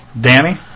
Danny